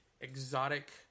exotic